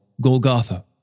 Golgotha